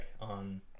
on